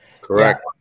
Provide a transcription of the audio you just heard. Correct